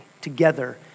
together